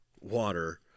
water